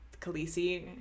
Khaleesi